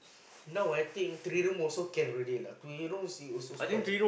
now I think three room also can already lah three room she also quite